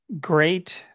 Great